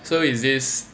so is this